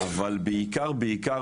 אבל בעיקר בעיקר,